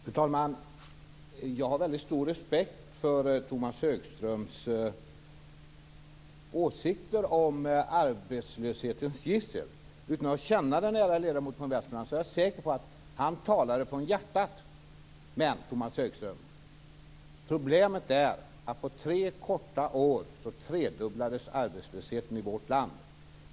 Fru talman! Jag har väldigt stor respekt för Tomas Högströms åsikter om arbetslöshetens gissel. Utan att känna den ärade ledamoten från Västmanland kan jag säga att jag är säker på att han talade från hjärtat. Tomas Högström, problemet är att under tre korta år tredubblades arbetslösheten i vårt land.